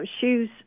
shoes